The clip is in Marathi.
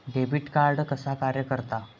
डेबिट कार्ड कसा कार्य करता?